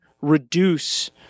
reduce